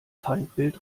feindbild